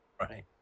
Right